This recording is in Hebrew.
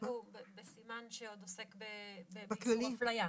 כרגע הוא בסימן שעוד עוסק באיסור אפליה.